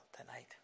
tonight